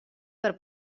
per